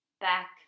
back